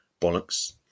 Bollocks